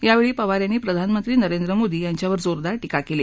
यावळी पवार यांनी प्रधानमंत्री नरेंद्र मोदी यांच्यावर जोरदार टीका कल्ली